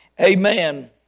amen